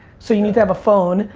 so you need to have a phone,